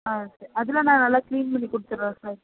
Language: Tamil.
ஆ சரி அதெலாம் நான் நல்லா க்ளீன் பண்ணி கொடுத்துட்றோம் சார்